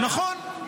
נכון.